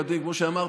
וכמו שאמרתי,